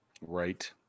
right